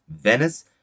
Venice